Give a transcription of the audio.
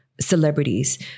celebrities